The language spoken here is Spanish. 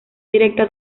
directa